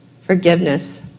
forgiveness